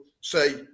say